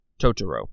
Totoro